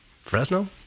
Fresno